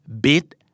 bit